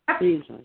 Jesus